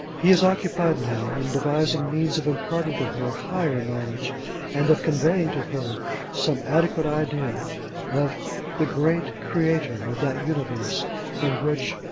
he is occupied now, in devising means of imparting to her, higher knowledge and of conveying to her some adequate idea of the great creator of that universe in which,